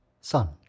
Son